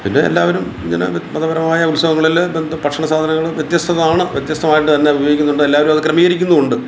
പിന്നെ എല്ലാവരും ഇങ്ങനെ വെ മതപരമായ ഉത്സവങ്ങളിൽ ബന്ധ ഭക്ഷണ സാധനങ്ങൾ വ്യത്യസ്തമാണ് വ്യത്യസ്തമായിട്ട് തന്നെ ഉപയോഗിക്കുന്നുണ്ട് എല്ലാവരും അത് ക്രമീകരിക്കുന്നും ഉണ്ട്